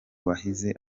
wahize